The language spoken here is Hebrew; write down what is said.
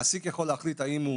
מעסיק יכול להחליט, האם הוא